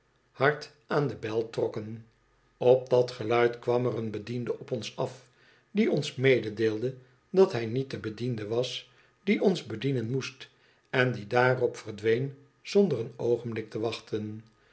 hard aan de bel trokken op dat geluid kwam er een bediende op ons af die ons meedeelde dat hij niet de bediende was die ons bedienen moest en die daarop verdween zonder een oogenblik te wachten